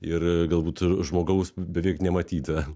ir galbūt žmogaus beveik nematyta